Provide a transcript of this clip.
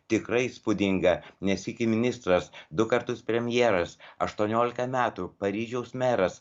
tikrai įspūdinga ne sykį ministras du kartus premjeras aštuoniolika metų paryžiaus meras